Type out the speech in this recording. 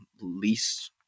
least